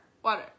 Water